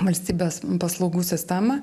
valstybės paslaugų sistemą